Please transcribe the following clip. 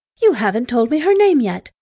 you haven't told me her name yet!